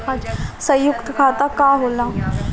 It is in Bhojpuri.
सयुक्त खाता का होला?